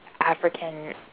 African